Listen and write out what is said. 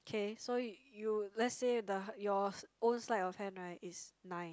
kay so you you let's say the your own sleight of hand right is nine